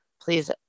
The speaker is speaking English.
please